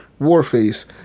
Warface